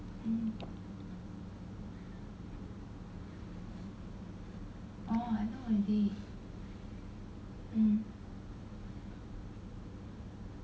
M O D